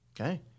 Okay